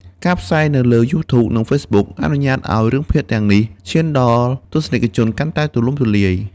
ការផ្សាយនៅលើ YouTube និង Facebook អនុញ្ញាតឱ្យរឿងភាគទាំងនេះឈានដល់ទស្សនិកជនកាន់តែទូលំទូលាយ។